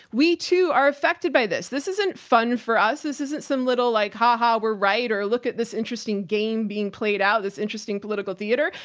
we too are affected by this. this isn't fun for us. this isn't some little like ha ha, we're right. or look at this interesting game being played out, this interesting political theater.